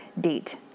date